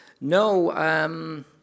No